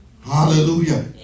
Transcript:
Hallelujah